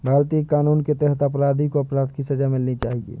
भारतीय कानून के तहत अपराधी को अपराध की सजा मिलनी चाहिए